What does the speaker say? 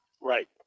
Right